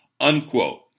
Unquote